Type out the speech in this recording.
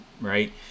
right